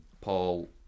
Paul